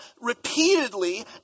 repeatedly